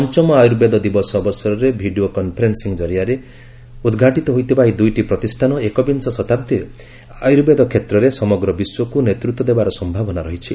ପଞ୍ଚମ ଆୟୁର୍ବେଦ ଦିବସ ଅବସରରେ ଭିଡ଼ିଓ କନ୍ଫରେନ୍ନିଂ ଜରିଆରେ ଉଦ୍ଘାଟିତ ହୋଇଥିବା ଏହି ଦୁଇଟି ପ୍ରତିଷ୍ଠାନ ଏକବିଂଶ ଶତାବ୍ଦୀରେ ଆୟୁର୍ବେଦ କ୍ଷେତ୍ରରେ ସମଗ୍ର ବିଶ୍ୱକୁ ନେତୃତ୍ୱ ଦେବାର ସମ୍ଭାବନା ରହିଛି